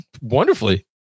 wonderfully